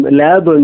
lab